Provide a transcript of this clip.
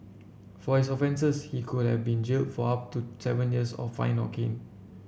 for his offences he could have been jailed for up to seven years or fined or caned